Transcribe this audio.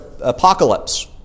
apocalypse